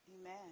Amen